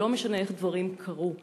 ולא משנה איך דברים קרו.